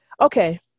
Okay